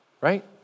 right